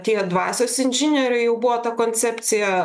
tie dvasios inžinieriai jau buvo ta koncepcija